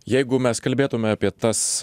jeigu mes kalbėtume apie tas